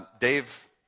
Dave